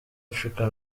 africa